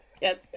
Yes